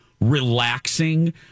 relaxing